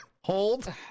Hold